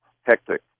Hectic